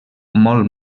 molt